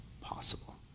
possible